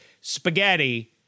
Spaghetti